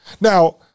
Now